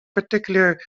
particular